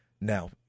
Now